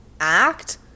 act